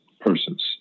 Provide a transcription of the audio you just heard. persons